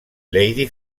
lady